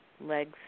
legs